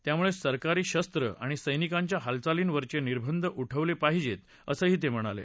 त्यामुळे सरकारी शस्त्र आणि सर्विकांच्या हालचालींवरचे निर्बंध उठवले पाहिजेत असं ते म्हणाले